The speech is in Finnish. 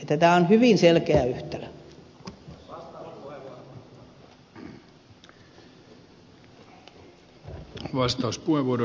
tämä on hyvin selkeä yhtälö